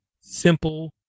simple